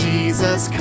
Jesus